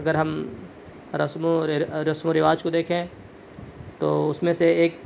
اگر ہم رسم و رسم و رواج کو دیکھیں تو اس میں سے ایک